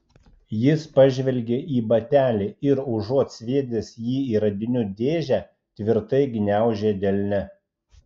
jis pažvelgė į batelį ir užuot sviedęs jį į radinių dėžę tvirtai gniaužė delne